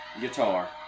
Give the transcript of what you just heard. guitar